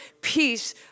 peace